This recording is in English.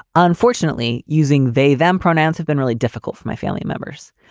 unfortunately, using they then pronouns have been really difficult for my family members.